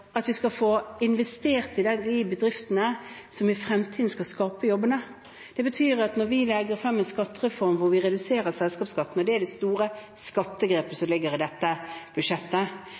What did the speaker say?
at vi skal få investert i de bedriftene som i fremtiden skal skape jobbene. Vi legger nå frem en skattereform hvor vi reduserer selskapsskatten, og det er det store skattegrepet som ligger i dette budsjettet.